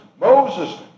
Moses